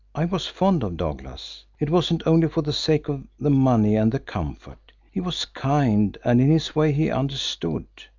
i was fond of douglas. it wasn't only for the sake of the money and the comfort. he was kind, and in his way he understood.